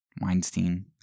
Weinstein